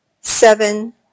seven